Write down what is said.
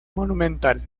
monumental